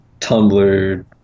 Tumblr